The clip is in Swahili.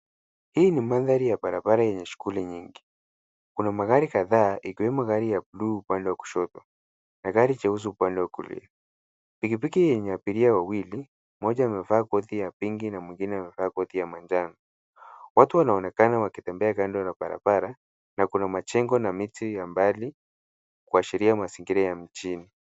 Hii ni mandhari ya barabara yenye shughuli nyingi. Kuna magari kadhaa ikiwemo gari ya bluu upande wa kushoto na gari jeusi upande wa kulia. Pikipiki yenye abiria wawili, mmoja amevaa koti ya pinki na mwingine amevaa koti ya manjano. Watu wanaonekana wakitembea kando ya barabara na kuna majengo na miti ya mbali, kuashiria mazingira ya mjini.